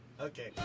Okay